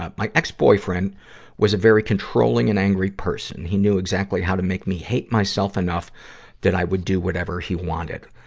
ah my ex-boyfriend was a very controlling and angry person. he knew exactly how to make me hare myself enough that i would do whatever he wanted.